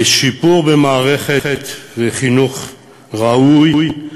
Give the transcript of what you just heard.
בשיפור במערכת חינוך ראויה,